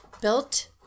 built